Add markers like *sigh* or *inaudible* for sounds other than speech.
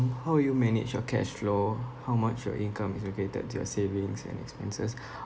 uh how you manage your cash flow how much your income is allocated to your savings and expenses *breath*